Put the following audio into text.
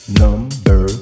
number